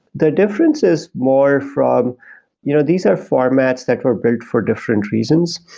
the difference is more from you know these are formats that were built for different reasons,